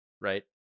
right